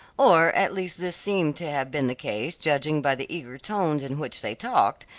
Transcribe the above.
or at least this seemed to have been the case judging by the eager tones in which they talked,